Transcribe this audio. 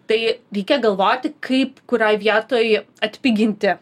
tai reikia galvoti kaip kurioj vietoj atpiginti